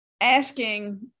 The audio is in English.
asking